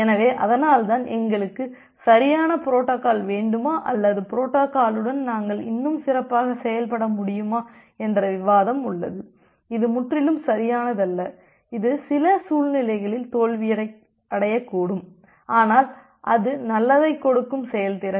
எனவே அதனால்தான் எங்களுக்கு சரியான புரோட்டோகால் வேண்டுமா அல்லது புரோட்டோகாலுடன் நாங்கள் இன்னும் சிறப்பாக செயல்பட முடியுமா என்ற விவாதம் உள்ளது இது முற்றிலும் சரியானதல்ல இது சில சூழ்நிலைகளில் தோல்வியடையக்கூடும் ஆனால் அது நல்லதைக் கொடுக்கும் செயல்திறன்